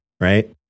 right